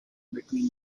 between